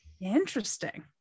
Interesting